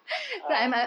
ah